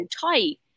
tight